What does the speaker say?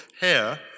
hair